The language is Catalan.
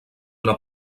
una